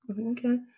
Okay